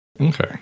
Okay